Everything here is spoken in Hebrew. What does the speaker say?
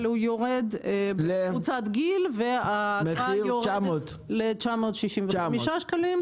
אבל הוא יורד בקבוצת גיל והאגרה יורדת ל-965 שקלים.